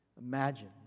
Imagine